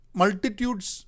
multitudes